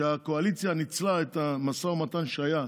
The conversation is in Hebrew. שהקואליציה ניצלה את המשא ומתן שהיה,